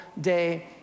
day